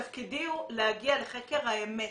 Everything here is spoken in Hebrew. תפקידי הוא להגיע לחקר האמת.